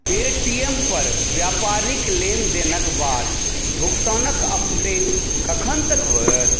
पे T M पर व्यापारी लेनदेनक बाद भुगतानक अपडेट कखन तक होयत